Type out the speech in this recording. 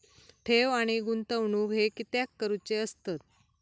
ठेव आणि गुंतवणूक हे कित्याक करुचे असतत?